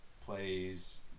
Plays